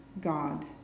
God